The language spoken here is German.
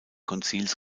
konzils